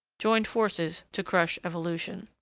joined forces to crush evolution.